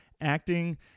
acting